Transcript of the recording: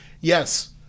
Yes